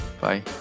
Bye